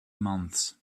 months